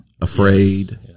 afraid